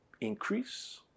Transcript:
Increase